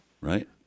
Right